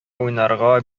уйнарга